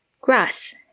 Grass